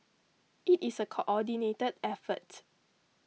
it is a coordinated effort